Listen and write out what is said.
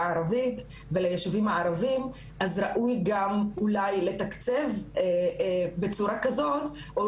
הערבית וליישובים הערביים אז ראוי גם אולי לתקצב בצורה כזאת או